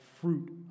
fruit